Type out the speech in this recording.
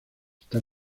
está